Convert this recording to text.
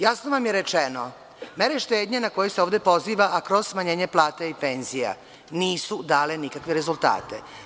Jasno vam je rečeno, mere štednje na koje se ovde poziva, a kroz smanjenje plata i penzija, nisu dale nikakve rezultate.